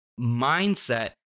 mindset